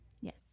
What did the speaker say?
Yes